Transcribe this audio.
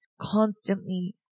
constantly